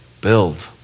build